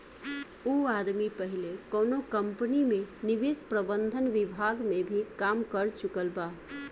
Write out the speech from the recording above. उ आदमी पहिले कौनो कंपनी में निवेश प्रबंधन विभाग में भी काम कर चुकल बा